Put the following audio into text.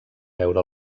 veure